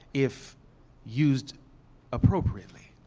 if used appropriately.